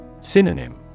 Synonym